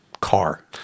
car